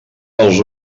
els